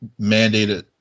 mandated